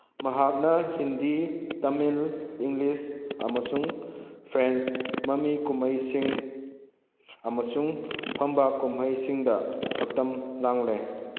ꯃꯍꯥꯛꯅ ꯍꯤꯟꯗꯤ ꯇꯃꯤꯜ ꯏꯪꯂꯤꯁ ꯑꯃꯁꯨꯡ ꯐ꯭ꯔꯦꯟꯁ ꯃꯃꯤ ꯀꯨꯝꯍꯩꯁꯤꯡ ꯑꯃꯁꯨꯡ ꯐꯝꯕꯥꯛ ꯀꯨꯝꯍꯩꯁꯤꯡꯗ ꯁꯛꯇꯝ ꯂꯥꯡꯂꯦ